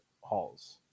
halls